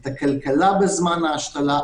את הכלכלה בזמן ההשתלה,